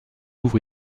ouvre